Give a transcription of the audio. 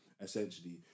essentially